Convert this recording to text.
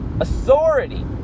Authority